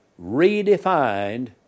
redefined